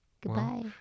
Goodbye